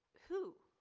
who,